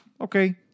okay